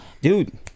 dude